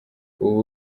ubu